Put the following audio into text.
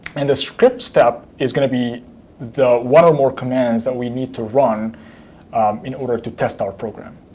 and the script step is going to be the one or more commands that we need to run in order to test our program.